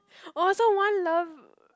oh so one love